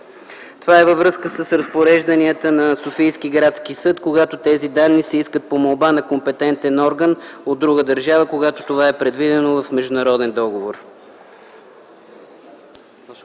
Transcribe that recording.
Това е във връзка с разпорежданията на Софийски градски съд, когато тези данни се искат по молба на компетентен орган от друга държава, когато това е предвидено в международен договор.